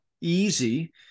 easy